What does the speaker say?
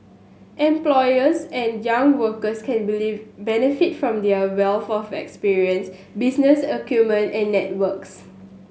employers and younger workers can believe benefit from their wealth of experience business acumen and networks